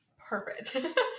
Perfect